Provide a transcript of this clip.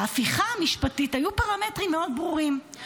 ההפיכה המשפטית, היו פרמטרים מאוד ברורים.